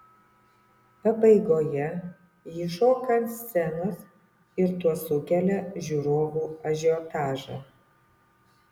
pabaigoje ji šoka ant scenos ir tuo sukelia žiūrovų ažiotažą